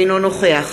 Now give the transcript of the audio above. אינו נוכח